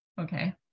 Okay